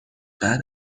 بعد